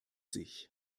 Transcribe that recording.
sich